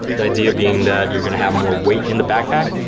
the idea being that you're going to have more weight in the backpack,